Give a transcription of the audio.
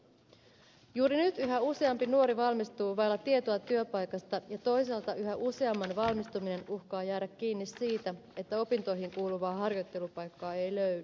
juuri nyt yhä useampi nuori valmistuu vailla tietoa työpaikasta ja toisaalta yhä useamman valmistuminen uhkaa jäädä kiinni siitä että opintoihin kuuluvaa harjoittelupaikkaa ei löydy